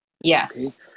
Yes